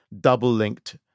double-linked